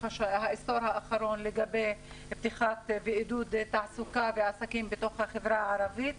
העשור האחרון לגבי עידוד תעסוקה ועסקים בחברה הערבית.